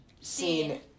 seen